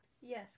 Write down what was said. Yes